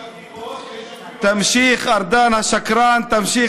שקרן מתועב.